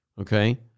Okay